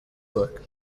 book